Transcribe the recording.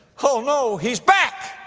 oh no, he's back!